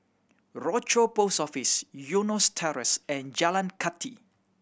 Rochor Post Office Eunos Terrace and Jalan Kathi